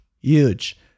huge